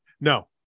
No